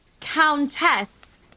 Countess